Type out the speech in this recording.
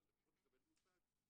אבל לפחות לקבל מושג,